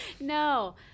no